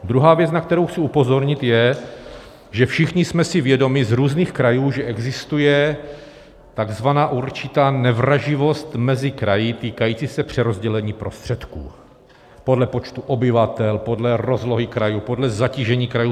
Druhá věc, na kterou chci upozornit, je, že všichni jsme si vědomi z různých krajů, že existuje takzvaná určitá nevraživost mezi kraji týkající se přerozdělení prostředků podle počtu obyvatel, podle rozlohy krajů, podle zatížení krajů.